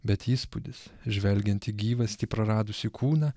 bet įspūdis žvelgiant į gyvastį praradusį kūną